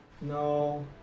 No